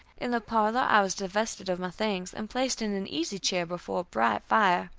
in the parlor i was divested of my things, and placed in an easy-chair before a bright fire.